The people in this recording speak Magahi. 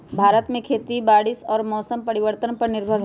भारत में खेती बारिश और मौसम परिवर्तन पर निर्भर होयला